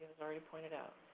has already pointed out,